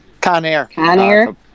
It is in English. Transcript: Conair